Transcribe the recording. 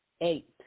eight